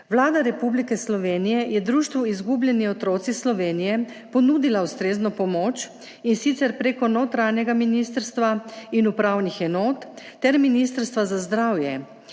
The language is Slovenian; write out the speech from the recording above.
Vlada Republike Slovenije je društvu Izgubljeni otroci Slovenije ponudila ustrezno pomoč, in sicer prek notranjega ministrstva in upravnih enot ter Ministrstva za zdravje